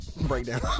breakdown